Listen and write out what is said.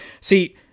see